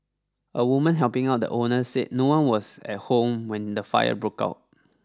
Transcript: a woman helping out the owner said no one was at home when the fire broke out